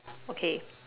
okay